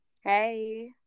hey